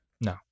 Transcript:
No